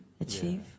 achieve